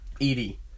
Edie